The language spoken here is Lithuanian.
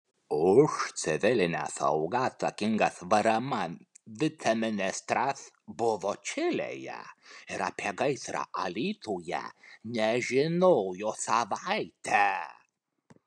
už civilinę saugą atsakingas vrm viceministras buvo čilėje ir apie gaisrą alytuje nežinojo savaitę